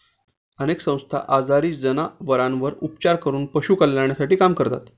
अनेक संस्था आजारी जनावरांवर उपचार करून पशु कल्याणासाठी काम करतात